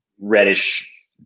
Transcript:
reddish